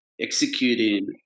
executing